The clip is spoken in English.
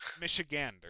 Michigander